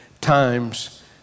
times